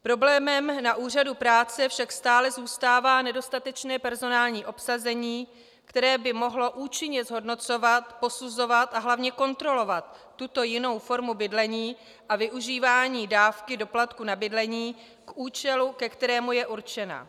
Problémem na úřadu práce však stále zůstává nedostatečné personální obsazení, které by mohlo účinně zhodnocovat, posuzovat a hlavně kontrolovat tuto jinou formu bydlení a využívání dávky doplatku na bydlení k účelu, ke kterému je určena.